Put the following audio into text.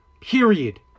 Period